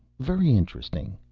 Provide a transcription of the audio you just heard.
very interesting